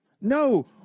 No